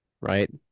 right